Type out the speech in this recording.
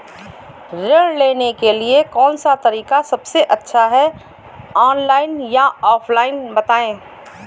ऋण लेने के लिए कौन सा तरीका सबसे अच्छा है ऑनलाइन या ऑफलाइन बताएँ?